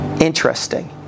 Interesting